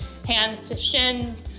hands to shins,